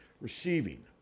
Receiving